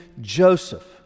Joseph